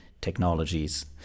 technologies